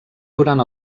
durant